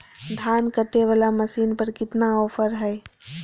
धान कटे बाला मसीन पर कितना ऑफर हाय?